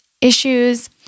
issues